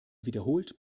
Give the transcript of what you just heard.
wiederholt